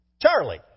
Charlie